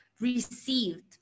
received